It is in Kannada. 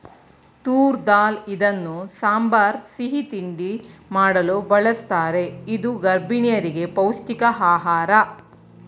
ತೂರ್ ದಾಲ್ ಇದನ್ನು ಸಾಂಬಾರ್, ಸಿಹಿ ತಿಂಡಿ ಮಾಡಲು ಬಳ್ಸತ್ತರೆ ಇದು ಗರ್ಭಿಣಿಯರಿಗೆ ಪೌಷ್ಟಿಕ ಆಹಾರ